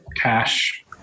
cash